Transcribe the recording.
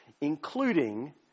including